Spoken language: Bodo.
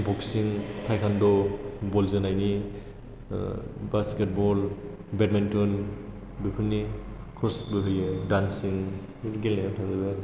बक्सिं टेकव'ण्ड' बल जोनायनि बास्केटबल बेडमिन्टन बेफोरनि कर्स बो होयो डान्सिं बेबो गेलेनायाव थाबाय